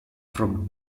from